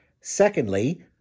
Secondly